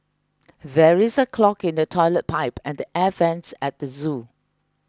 there is a clog in the Toilet Pipe and Air Vents at the zoo